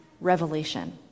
revelation